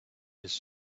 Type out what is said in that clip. his